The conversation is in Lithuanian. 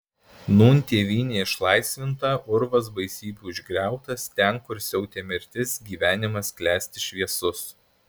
nūn tėvynė išlaisvinta urvas baisybių išgriautas ten kur siautė mirtis gyvenimas klesti šviesus